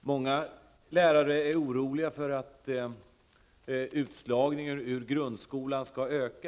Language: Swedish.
Många lärare är oroliga för att utslagningen i grundskolan skall öka.